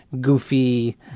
goofy